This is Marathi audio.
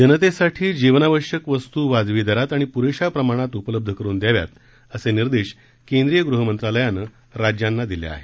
जनतेसाठी जीवनावश्यक वस्तू वाजवी दरात आणि पुरेशा प्रमणात उपलब्ध करुन द्याव्यात असे निर्देश केंद्रीय गृह मंत्रालयानं राज्यांना दिले आहेत